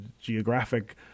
geographic